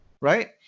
right